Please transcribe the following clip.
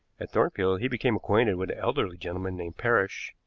at thornfield he became acquainted with an elderly gentleman named parrish,